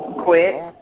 Quit